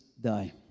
die